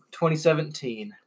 2017